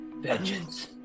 vengeance